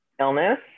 illness